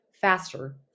faster